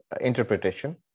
interpretation